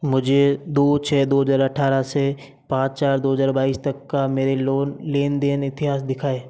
मुझे दो छः दो हज़ार अट्ठारह से पाँच चार दो हज़ार बाईस तक का मेरे लोन लेन देन इतिहास दिखायें